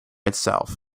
itself